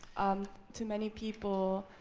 um to many people,